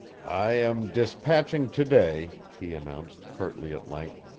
i am dispatching to-day, he announced curtly at length,